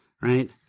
right